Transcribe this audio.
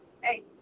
Hey